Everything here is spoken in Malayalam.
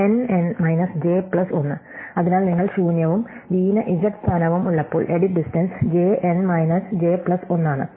N n minus J plus 1 അതിനാൽ നിങ്ങൾ ശൂന്യവും v ന് z സ്ഥാനവും ഉള്ളപ്പോൾ edit distance j n minus J plus 1 ആണ്